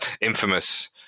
infamous